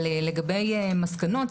אבל לגבי מסקנות,